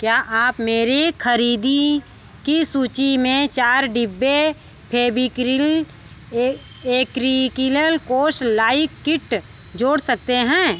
क्या आप मेरी ख़रीदी की सूची में चार डिब्बे फ़ेविक्रिल ए एक्रीकिलन कोर्स लाइ किट जोड़ सकते हैं